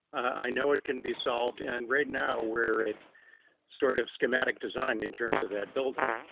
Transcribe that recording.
i know it can be solved. and right now, where it sort of schematic design in terms of that building.